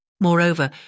Moreover